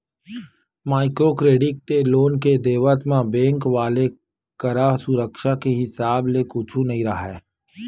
micro credit के loan के देवत म बेंक वाले करा सुरक्छा के हिसाब ले कुछु नइ राहय